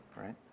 right